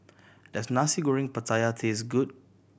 does Nasi Goreng Pattaya taste good